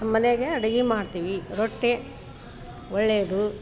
ನಮ್ಮ ಮನೆಯಾಗೆ ಅಡುಗೆ ಮಾಡ್ತೀವಿ ರೊಟ್ಟಿ ಒಳ್ಳೇದು